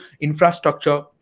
infrastructure